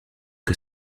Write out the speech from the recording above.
que